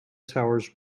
towers